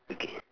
okay